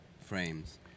frames